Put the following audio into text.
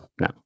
No